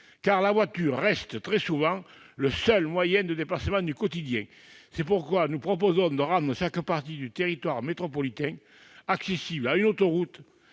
La voiture reste très souvent, au quotidien, le seul moyen de déplacement. C'est pourquoi nous proposons de rendre chaque partie du territoire métropolitain accessible à une autoroute,